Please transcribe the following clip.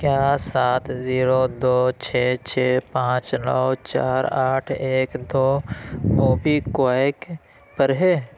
کیا سات زیرو دو چھ چھ پانچ نو چار آٹھ ایک دو موبی کوئک پر ہے